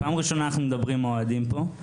פעם ראשונה אנחנו מדברים האוהדים פה,